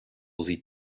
sieht